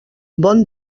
bon